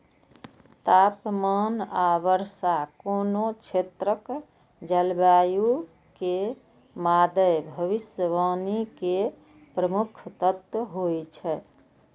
तापमान आ वर्षा कोनो क्षेत्रक जलवायु के मादे भविष्यवाणी के प्रमुख तत्व होइ छै